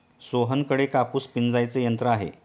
सोहनकडे कापूस पिंजायचे यंत्र आहे